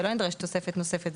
ושלא נדרש תוספת נוספת,